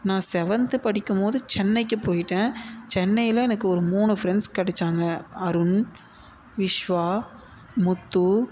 நான் செவன்த்து படிக்கும் போது சென்னைக்கு போய்ட்டேன் சென்னையில் எனக்கு ஒரு மூணு ஃப்ரெண்ட்ஸ் கெடைச்சாங்க அருண் விஷ்வா முத்து